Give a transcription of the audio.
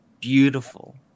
beautiful